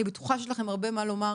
ואני בטוחה שיש לכם הרבה מה לומר.